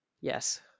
Yes